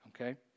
okay